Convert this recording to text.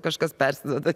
kažkas persiduoda